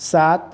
सात